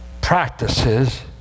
practices